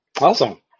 Awesome